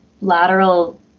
lateral